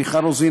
מיכל רוזין,